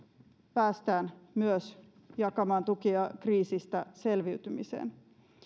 päästään myös jakamaan tukia kriisistä selviytymiseen